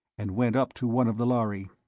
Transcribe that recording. and went up to one of the lhari.